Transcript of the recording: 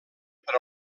per